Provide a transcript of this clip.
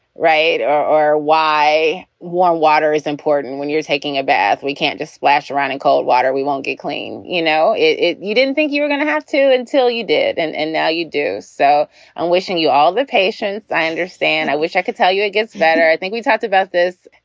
right. or or why warm water is important when you're taking a bath. we can't just splash around in cold water. we won't get clean. you know, if you didn't think you were going to have to until you did and and now you do. so i'm wishing you all the patients i understand. i wish i could tell you it gets better. i think we talked about this.